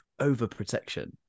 overprotection